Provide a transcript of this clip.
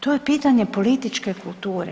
To je pitanje političke kulture.